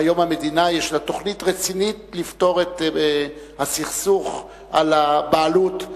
שהיום יש למדינה תוכנית רצינית לפתור את הסכסוך על הבעלות.